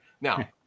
Now